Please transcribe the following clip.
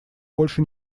больше